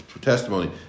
testimony